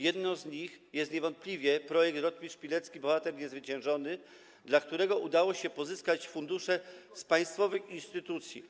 Jedną z nich jest niewątpliwie projekt „Rotmistrz Pilecki - bohater niezwyciężony”, dla którego udało się pozyskać fundusze z państwowych instytucji.